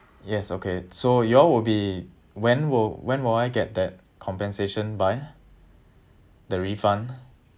yes okay so you all will be when will when will I get that compensation by the refund